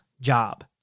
job